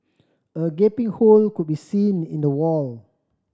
a gaping hole could be seen in the wall